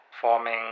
forming